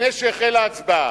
לפני שהחלה ההצבעה.